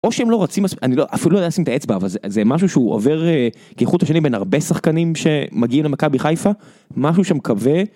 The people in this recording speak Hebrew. או שהם לא רוצים, אני אפילו לא אעשה את האצבע, אבל זה משהו שהוא עובר כחות השני בין הרבה שחקנים שמגיעים למכה בחיפה, משהו שאני מקווה